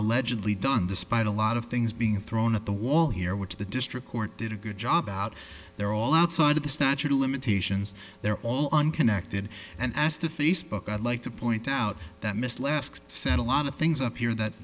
allegedly done despite a lot of things being thrown at the wall here which the district court did a good job out there all outside of the statute of limitations they're all unconnected and as to face book i'd like to point out that miss left set a lot of things up here that